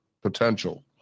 Potential